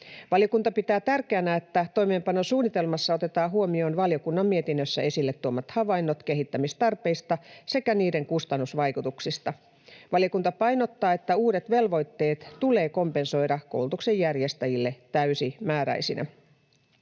Valiokunta pitää tärkeänä, että toimeenpanosuunnitelmassa otetaan huomioon valiokunnan mietinnössä esille tuomat havainnot kehittämistarpeista sekä niiden kustannusvaikutuksista. Valiokunta painottaa, että uudet velvoitteet tulee kompensoida koulutuksen järjestäjille täysimääräisinä.